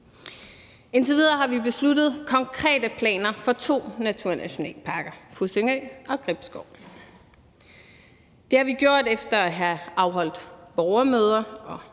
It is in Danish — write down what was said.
Indtil videre har vi besluttet konkrete planer for to naturnationalparker, Fussingø og Gribskov, og det har vi gjort efter at have afholdt borgermøder og